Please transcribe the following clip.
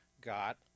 got